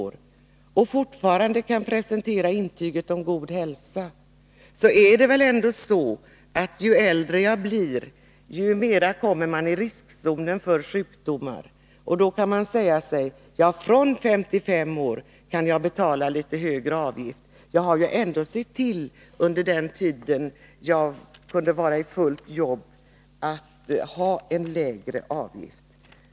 Även om han då fortfarande kan presentera intyget om god hälsa, är det ändå så att ju äldre man blir, desto mera kommer man i riskzonen för sjukdomar. Man kunde säga sig: Från 55 år kan jag betala litet högre avgift, för jag har ju ändå sett till att ha en lägre avgift under den tid jag kunde vara i fullt jobb.